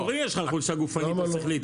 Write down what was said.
גם בקנס המקורי יש לך חולשה גופנית, שכלית.